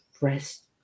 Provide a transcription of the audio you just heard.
rest